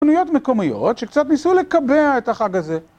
חנויות מקומיות שקצת ניסו לקבע את החג הזה